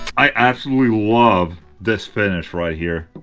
i absolutely love this finish right here,